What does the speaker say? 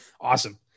Awesome